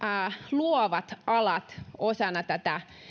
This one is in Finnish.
luovat alat osana tätä